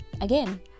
Again